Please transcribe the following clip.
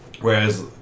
whereas